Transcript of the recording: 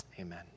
Amen